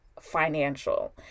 financial